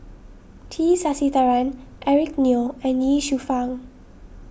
T Sasitharan Eric Neo and Ye Shufang